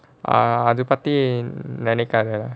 அது பத்தி நினைக்காத:athu pathi ninaikkaatha lah